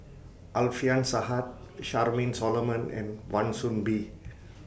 Alfian Charmaine Solomon and Wan Soon Bee